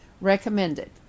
Recommended